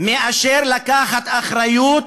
לעומת לקחת אחריות